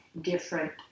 different